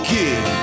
Kid